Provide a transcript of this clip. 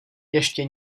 ještě